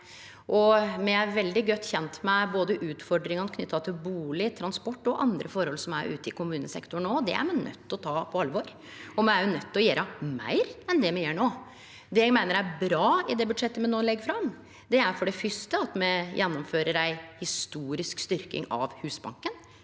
Me er veldig godt kjende med utfordringane knytte til både bustad, transport og andre forhold ute i kommunesektoren. Det er me nøydde til å ta på alvor, og me er òg nøydde til å gjere meir enn det me gjer no. Det eg meiner er bra i det budsjettet me no legg fram, er for det fyrste at me gjennomfører ei historisk styrking av Husbanken